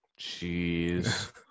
Jeez